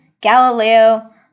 galileo